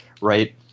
right